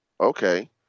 okay